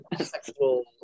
sexual